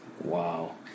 wow